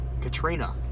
Katrina